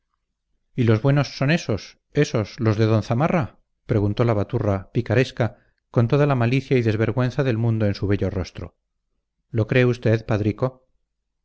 y los buenos son ésos ésos los de don zamarra preguntó la baturra picaresca con toda la malicia y desvergüenza del mundo en su bello rostro lo cree usted padrico